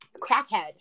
Crackhead